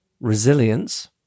Resilience